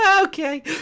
Okay